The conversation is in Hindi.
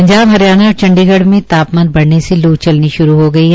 पंजाब हरियाणा और चंड़ीगढ़ में तापमान बढ़ने से लू चलनी श्रू हो गई है